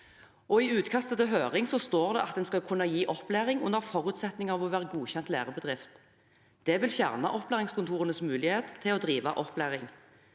I utkastet til høring står det at en skal kunne gi opplæring under forutsetning av å være godkjent lærebedrift. Det vil fjerne opplæringskontorenes mulighet til å drive opplæring.